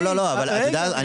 את יודעת,